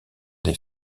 des